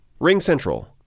RingCentral